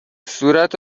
صورت